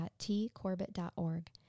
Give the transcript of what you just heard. tcorbett.org